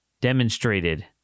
demonstrated